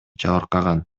жабыркаган